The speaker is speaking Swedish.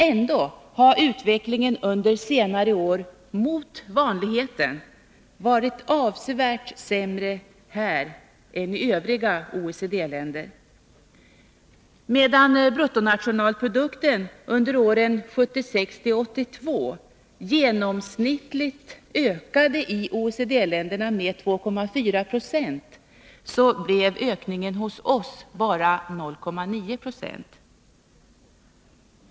Ändå har utvecklingen under senare år — mot vanligheten — varit avsevärt sämre här än i övriga OECD länder. Medan bruttonationalprodukten åren 1976-1982 genomsnittligt ökade i OECD-länderna med 2,4 96, blev ökningen hos oss endast 0,9 96.